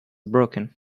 broken